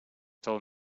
told